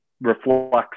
reflects